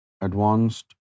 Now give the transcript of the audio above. advanced